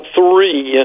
three